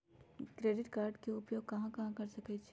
Credit card के उपयोग कहां कहां कर सकईछी?